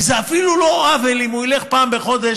וזה אפילו לא עוול אם הוא ילך פעם בחודש